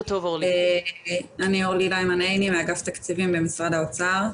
אני מאגף תקציבים במשרד האוצר.